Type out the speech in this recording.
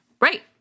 Right